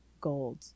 gold